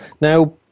Now